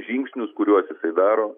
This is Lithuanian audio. žingsnius kuriuos daro